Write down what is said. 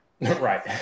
Right